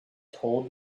told